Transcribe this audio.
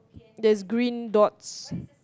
there's green dots